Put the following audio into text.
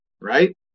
right